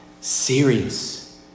serious